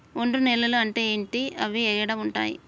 ఒండ్రు నేలలు అంటే ఏంటి? అవి ఏడ ఉంటాయి?